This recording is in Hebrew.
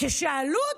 כששאלו אותו,